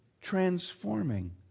transforming